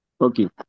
Okay